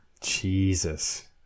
Jesus